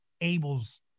Abel's